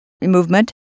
movement